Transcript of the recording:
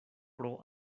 pro